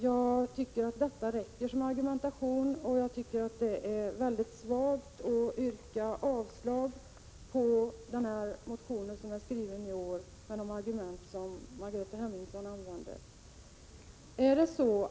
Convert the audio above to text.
Jag tycker att dessa argument räcker och att det är svagt att med de argument som Margareta Hemmingsson använder yrka avslag på den motion som har skrivits i år.